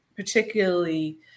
particularly